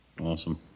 Awesome